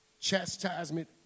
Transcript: chastisement